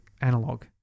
analog